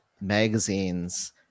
magazines